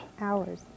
Hours